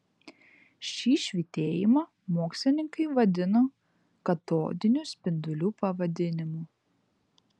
šį švytėjimą mokslininkai vadino katodinių spindulių pavadinimu